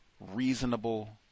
reasonable